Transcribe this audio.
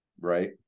Right